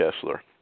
Kessler